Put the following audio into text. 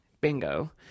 Bingo